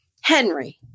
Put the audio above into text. henry